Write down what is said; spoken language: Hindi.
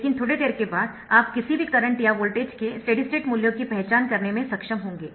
लेकिन थोड़ी देर के बाद आप किसी भी करंट या वोल्टेज के स्टेडी स्टेट मूल्यों की पहचान करने में सक्षम होंगे